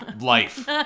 Life